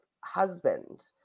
husband